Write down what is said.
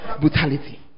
brutality